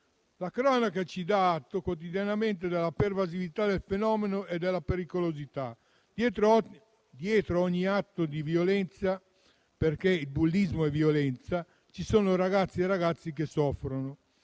La cronaca ci dà conto, quotidianamente, della pervasività del fenomeno e della sua pericolosità. Dietro ogni atto di violenza - il bullismo è violenza - ci sono ragazze e ragazzi che soffrono.